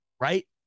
right